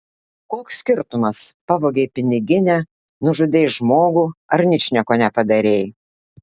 koks skirtumas pavogei piniginę nužudei žmogų ar ničnieko nepadarei